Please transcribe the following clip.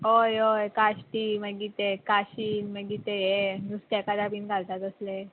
हय हय काश्टी मागीर ते काशीन मागीर ते हे नुस्त्याकारा बीन घालता तसले